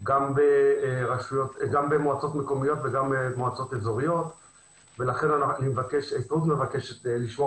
גם במועצות מקומיות וגם במועצות אזוריות ולכן ההסתדרות מבקשת לשמור